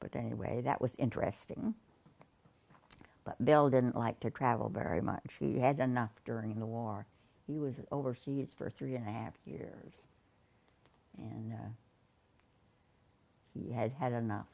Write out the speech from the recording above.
but anyway that was interesting but bill didn't like to travel very much he had enough during the war he was overseas for three and a half years and he had had enough